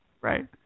right